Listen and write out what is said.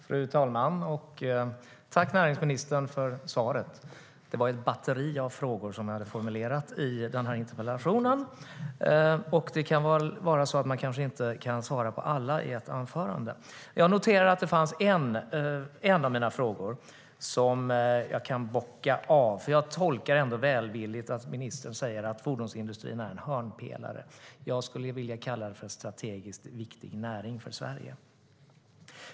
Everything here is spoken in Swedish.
Fru talman! Tack, näringsministern, för svaret! Det var ett batteri av frågor som jag hade formulerat i den här interpellationen. Man kanske inte kan svara på alla i ett anförande. Jag noterar att jag kan bocka av en av mina frågor, för jag tolkar det välvilligt att ministern säger att fordonsindustrin är en hörnpelare. Jag skulle vilja kalla det för en strategiskt viktig näring för Sverige.